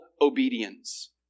obedience